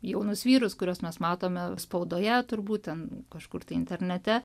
jaunus vyrus kuriuos mes matome spaudoje turbūt ten kažkur tai internete